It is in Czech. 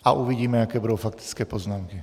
A uvidíme, jaké budou faktické poznámky.